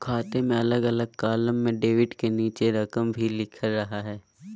खाते में अलग अलग कालम में डेबिट के नीचे रकम भी लिखल रहा हइ